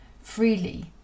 freely